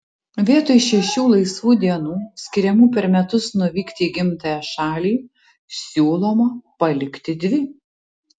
vietoj šešių laisvų dienų skiriamų per metus nuvykti į gimtąją šalį siūloma palikti dvi